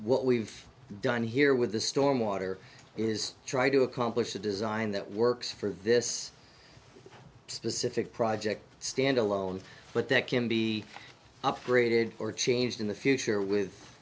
what we've done here with the storm water is trying to accomplish the design that works for this specific project stand alone but that can be upgraded or changed in the future with